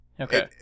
Okay